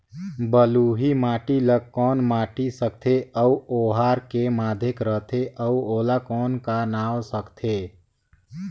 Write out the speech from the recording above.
बलुही माटी ला कौन माटी सकथे अउ ओहार के माधेक राथे अउ ओला कौन का नाव सकथे?